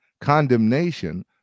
Condemnation